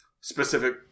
specific